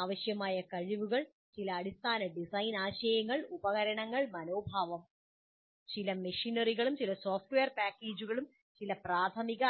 ആവശ്യമായ കഴിവുകൾ ചില അടിസ്ഥാന ഡിസൈൻ ആശയങ്ങൾ ഉപകരണങ്ങൾ മനോഭാവം ചില മെഷിനറികളും ചില സോഫ്റ്റ്വെയർ പാക്കേജുകളും ചില പ്രാഥമിക